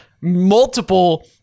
multiple